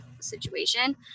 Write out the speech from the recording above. situation